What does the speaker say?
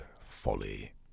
folly